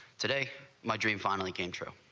today my dream finally came true